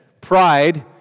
pride